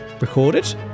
recorded